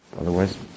Otherwise